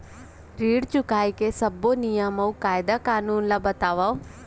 ऋण चुकाए के सब्बो नियम अऊ कायदे कानून ला बतावव